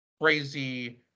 crazy